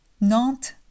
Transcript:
Nantes